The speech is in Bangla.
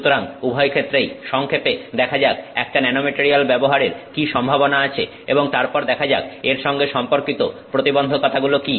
সুতরাং উভয়ক্ষেত্রেই সংক্ষেপে দেখা যাক একটা ন্যানোমেটারিয়াল ব্যবহারের কি সম্ভাবনা আছে এবং তারপর দেখা যাক এর সঙ্গে সম্পর্কিত প্রতিবন্ধকতাগুলি কি